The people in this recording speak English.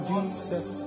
Jesus